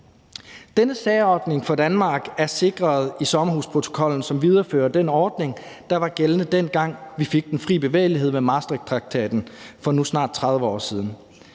Denne særordning for Danmark er sikret i sommerhusprotokollen, som viderefører den ordning, der var gældende, dengang vi fik den frie bevægelighed med Maastrichttraktaten for nu snart 30 år siden.